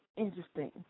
Interesting